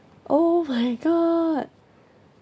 oh my god